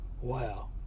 Wow